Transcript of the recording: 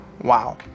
Wow